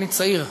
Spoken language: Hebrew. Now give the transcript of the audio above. אני צעיר,